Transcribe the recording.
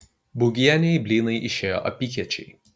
būgienei blynai išėjo apykiečiai